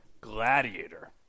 Gladiator